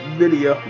video